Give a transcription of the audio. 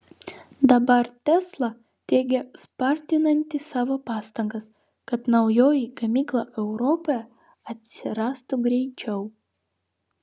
dabar tesla teigia spartinanti savo pastangas kad naujoji gamykla europoje atsirastų greičiau